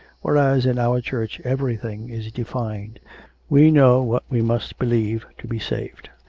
whereas in our church everything is defined we know what we must believe to be saved.